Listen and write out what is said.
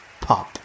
Pop